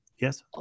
yes